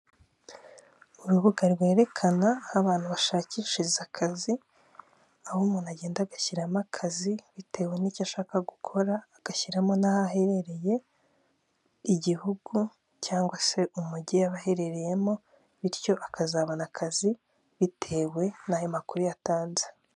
Urubuga rwerekana aho abantu bashakishiriza akazi aho umuntu agenda agashyiramo akazi bitewe n'icyo ashaka gukora agashyiramo n'aho aherereye igihugu cyangwa se umujyi yaba aherereyemo bityo akazabona akazi bitewe n'ayo makuru yatanze.